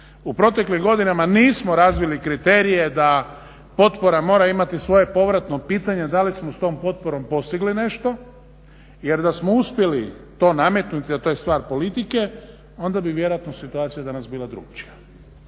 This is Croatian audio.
u proteklih godinama nismo razvili kriterije da potpora mora imati svoje povratno pitanje da li smo s tom potporom postigli nešto jer da smo uspjeli to nametnuti a to je stvar politike, onda bi vjerojatno situacija danas bila drukčija.